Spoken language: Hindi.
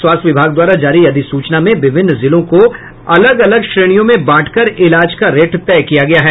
स्वास्थ्य विभाग द्वारा जारी अधिसूचना में विभिन्न जिलों को अलग अलग श्रेणियों में बांटकर इलाज का रेट तय किया गया है